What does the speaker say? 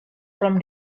from